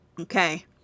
Okay